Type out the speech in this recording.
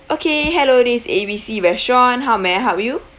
okay hello this is A B C restaurant how may I help you